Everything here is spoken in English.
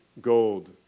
gold